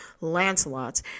Lancelot